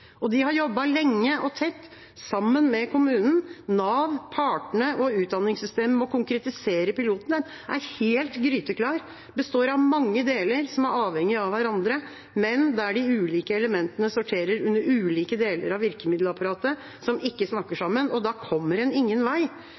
Og de har jobbet lenge og tett sammen med kommunen, Nav, partene og utdanningssystemet med å konkretisere piloten. Den er helt gryteklar, består av mange deler som er avhengige av hverandre, men der de ulike elementene sorterer under ulike deler av virkemiddelapparatet, som ikke snakker sammen. Da kommer en ingen vei.